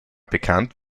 bekannt